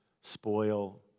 spoil